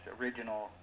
original